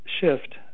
shift